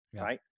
right